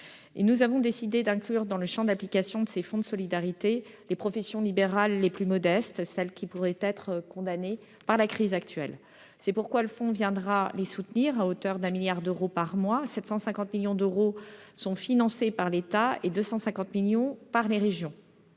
Nous avons décidé d'inclure dans le champ d'application du fonds de solidarité les professions libérales les plus modestes, celles qui pourraient être condamnées par la crise actuelle. Elles seront donc soutenues à hauteur de 1 milliard d'euros par mois, dont 750 millions financés par l'État et 250 millions par les régions.